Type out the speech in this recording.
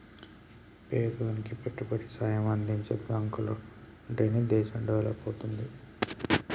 పేదోనికి పెట్టుబడి సాయం అందించే బాంకులుంటనే దేశం డెవలపవుద్ది